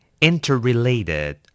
Interrelated